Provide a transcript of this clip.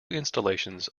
installations